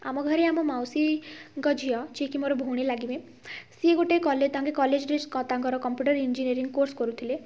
ଆମ ଘରେ ଆମ ମାଉସୀ ଙ୍କ ଝିଅ ଯିଏ କି ମୋର ଭଉଣୀ ଲାଗିବେ ସିଏ ଗୋଟେ କଲେ ତାଙ୍କ କଲେଜ୍ ଡ୍ରେସ୍ ତାଙ୍କର କମ୍ପ୍ୟୁଟର୍ ଇଞ୍ଜିନିୟରିଂ କୋର୍ସ କରୁଥିଲେ